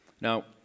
Now